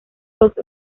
ghost